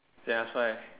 ya that's why